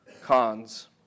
cons